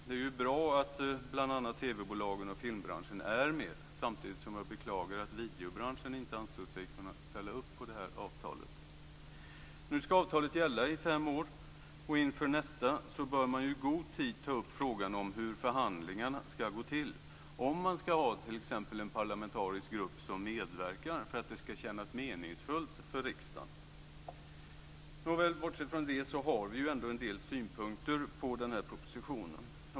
Det är ju bra att bl.a. TV-bolagen och filmbranschen är med, men jag beklagar att videobranschen inte ansåg sig kunna ställa upp på det här avtalet. Nu ska avtalet gälla i fem år. Inför nästa bör man i god tid ta upp frågan om hur förhandlingarna ska gå till och om man t.ex. ska ha en parlamentarisk grupp som medverkar för att det ska kännas meningsfullt för riksdagen. Nåväl, bortsett från detta har vi ändå en del synpunkter på den här propositionen.